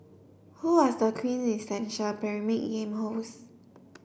who was the quintessential Pyramid Game host